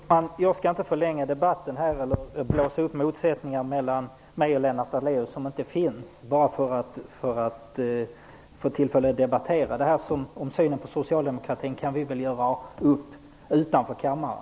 Herr talman! Jag skall inte förlänga debatten eller blåsa upp motsättningar mellan mig och Lennart Daléus som inte finns bara för att få tillfälle att debattera. Synen på socialdemokratin kan vi ta upp utanför kammaren.